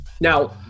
Now